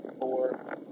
four